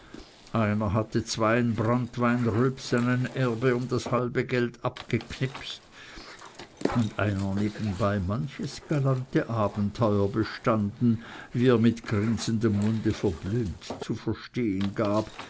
einer zweien branntweinrülpsen ein erbe um das halbe geld abgeknipst und einer nebenbei manches galante abenteuer bestanden wie er mit grinsendem munde verblümt zu verstehen gab